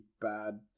bad